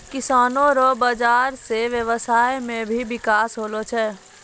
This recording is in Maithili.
किसानो रो बाजार से व्यबसाय मे भी बिकास होलो छै